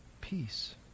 Peace